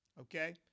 okay